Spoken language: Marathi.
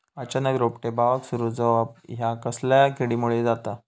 अचानक रोपटे बावाक सुरू जवाप हया कसल्या किडीमुळे जाता?